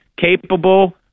capable